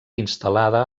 instal·lada